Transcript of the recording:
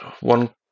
one